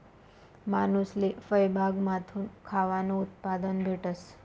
मानूसले फयबागमाथून खावानं उत्पादन भेटस